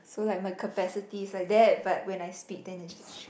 so like my capacity is like that but when I speak then is just